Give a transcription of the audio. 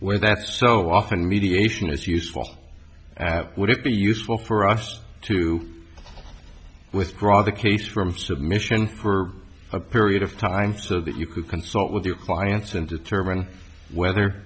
when that's so often mediation is useful would it be useful for us to withdraw the case from submission per a period of time so that you can consult with your finance and determine whether